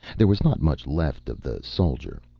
there was not much left of the soldier.